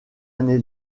année